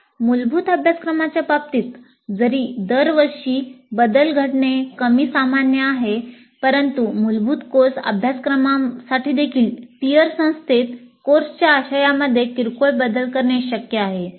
मूलभूत अभ्यासक्रमांच्या बाबतीत जरी दरवर्षी बदल घडणे कमी सामान्य आहे परंतु मूलतः कोर्स अभ्यासक्रमांसाठीदेखील टियर I संस्थेत कोर्सच्या आशयामध्ये किरकोळ बदल करणे शक्य आहे